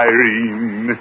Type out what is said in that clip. Irene